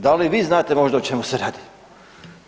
Da li vi znate možda o čemu se radi?